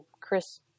Chris